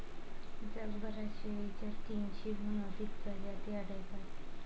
जगभरात शेळीच्या तीनशेहून अधिक प्रजाती आढळतात